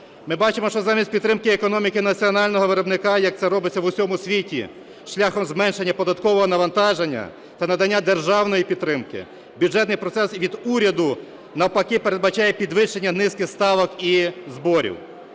Ми бачимо, що замість підтримки економіки національного виробника, як це робиться в усьому світі шляхом зменшення податкового навантаження та надання державної підтримки, бюджетний процес від уряду навпаки передбачає підвищення низки ставок і зборів.